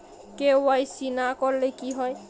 KYC না করলে কি হয়?